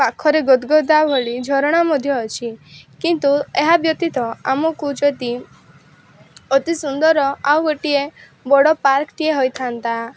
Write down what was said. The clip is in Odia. ପାଖରେ ଗୋଦ ଗୋଦା ଭଳି ଝରଣା ମଧ୍ୟ ଅଛି କିନ୍ତୁ ଏହାବ୍ୟତୀତ ଆମକୁ ଯଦି ଅତି ସୁନ୍ଦର ଆଉ ଗୋଟିଏ ବଡ଼ ପାର୍କଟିଏ ହୋଇଥାନ୍ତା